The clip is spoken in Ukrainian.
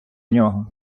нього